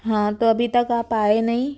हाँ तो अभी तक आप आए नहीं